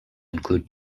include